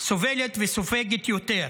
סובלת וסופגת יותר,